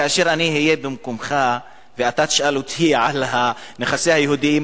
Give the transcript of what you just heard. כאשר אני אהיה במקומך ואתה תשאל אותי על נכסי היהודים,